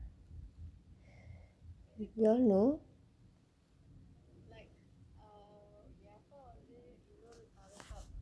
you don't know